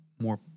More